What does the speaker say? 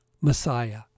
Messiah